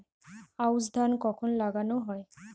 আউশ ধান কখন লাগানো হয়?